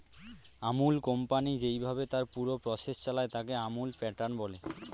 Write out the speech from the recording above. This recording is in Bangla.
আমূল কোম্পানি যেইভাবে তার পুরো প্রসেস চালায়, তাকে আমূল প্যাটার্ন বলে